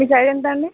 మీ size ఎంత అండి